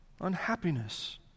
unhappiness